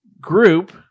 group